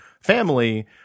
family